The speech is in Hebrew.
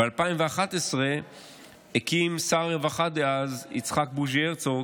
ב-2011 הקים שר הרווחה דאז יצחק בוז'י הרצוג